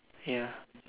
ya